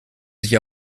sich